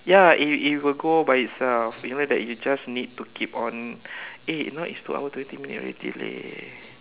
ya it it will go by itself you just need to keep on eh it's now two hours thirty minutes already leh